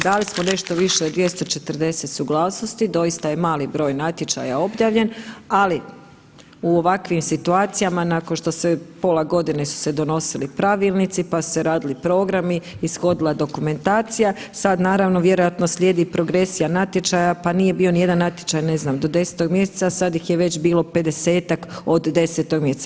Dali smo nešto više od 240 suglasnosti, doista je mali broj natječaja objavljen, ali u ovakvim situacijama nakon što se pola godine su se donosili pravilnici, pa se radili programi, ishodila dokumentacija, sad naravno vjerojatno slijedi progresija natječaja pa nije bio ni jedan natječaj do 10. mjeseca, a sad ih je već bilo 50-tak od 10. mjeseca.